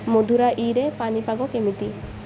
ମଦୁରାଈରେ ପାଣିପାଗ କେମିତି